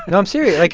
and i'm serious. like,